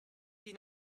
die